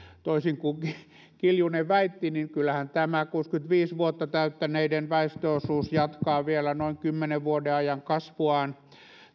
toisin kuin kiljunen väitti niin kyllähän tämä kuusikymmentäviisi vuotta täyttäneiden väestöosuus jatkaa vielä noin kymmenen vuoden ajan kasvuaan